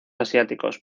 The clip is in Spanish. asiáticos